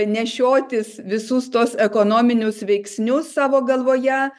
nešiotis visus tuos ekonominius veiksnius savo galvoje